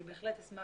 אני בהחלט אשמח